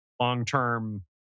long-term